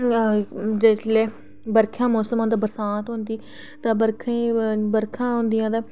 जेल्लै बरखै दा मौसम होंदा बरसांत होंदी तां बरखां होंदियां तां